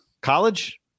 College